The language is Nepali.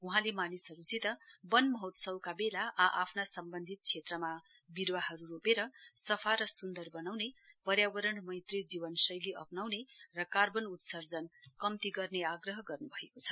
वहाँले मानिसहरूसित वन महोत्सवका बेला आ आफ्ना सम्बन्धित क्षेत्रमा विरूवाहरू रोपेर सफा र सुन्दर बनाउने पर्यावरणमैत्री जीवन शैली अप्नाउने र कार्बन उत्सर्जन कम्ती गर्ने आग्रह गर्न् भएको छ